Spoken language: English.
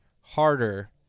harder